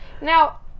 now